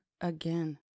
again